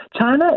China